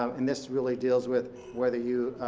um and this really deals with whether you